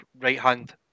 right-hand